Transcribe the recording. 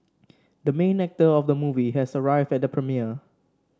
the main actor of the movie has arrived at the premiere